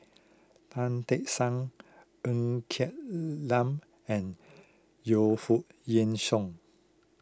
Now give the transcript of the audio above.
Tan Tee Suan Ng Quee Lam and Yu Foo Yee Shoon